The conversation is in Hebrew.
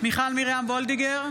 מיכל מרים וולדיגר,